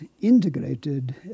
integrated